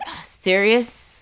Serious